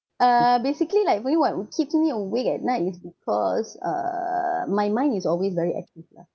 uh basically like probably what keeps me awake at night is because uh my mind is always very active lah